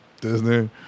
Disney